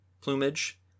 plumage